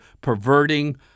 perverting